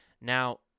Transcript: Now